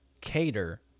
cater